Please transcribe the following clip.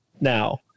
now